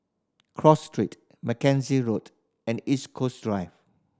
Cross Street Magazine Road and East Coast Drive